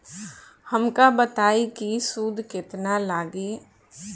हमका बताई कि सूद केतना लागी?